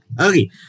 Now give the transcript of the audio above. okay